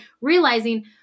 realizing